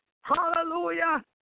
Hallelujah